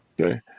Okay